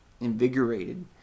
invigorated